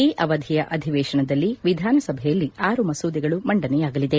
ಈ ಅವಧಿಯ ಅಧಿವೇಶನದಲ್ಲಿ ವಿಧಾನಸಭೆಯಲ್ಲಿ ಆರು ಮಸೂದೆಗಳು ಮಂಡನೆಯಾಗಲಿದೆ